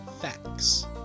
facts